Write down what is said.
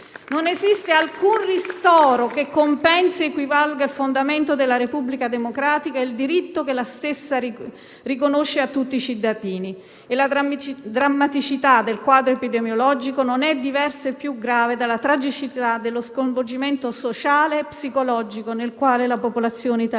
Non esiste alcun ristoro che compensi ed equivalga al fondamento della Repubblica democratica, il diritto che la stessa riconosce a tutti i cittadini. La drammaticità del quadro epidemiologico non è diversa né più grave della tragicità dello sconvolgimento sociale e psicologico nel quale la popolazione italiana